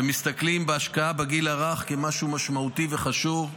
ההשקעה בגיל הרך כמשהו משמעותי וחשוב.